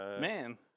Man